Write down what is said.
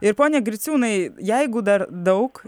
ir pone griciūnai jeigu dar daug